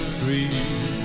Street